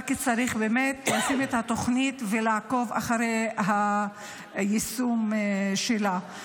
רק צריך באמת ליישם את התוכנית ולעקוב אחרי היישום שלה.